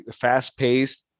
fast-paced